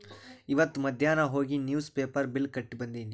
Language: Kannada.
ಇವತ್ ಮಧ್ಯಾನ್ ಹೋಗಿ ನಿವ್ಸ್ ಪೇಪರ್ ಬಿಲ್ ಕಟ್ಟಿ ಬಂದಿನಿ